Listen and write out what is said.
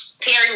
Terry